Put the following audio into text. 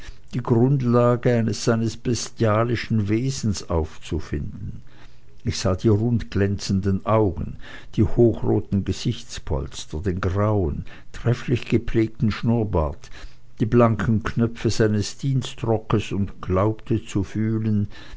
die grundlage seines bestialischen wesens aufzufinden ich sah die rund glänzenden augen die hochroten gesichtspolster den grauen trefflich gepflegten schnurrbart die blanken knöpfe seines dienstrockes und glaubte zu fühlen